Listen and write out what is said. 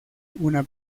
una